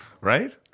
right